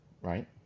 right